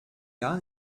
gar